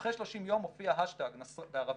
אחרי 30 יום מופיע האשטאג, בערבית,